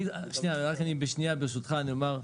אני רק אומר,